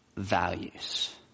values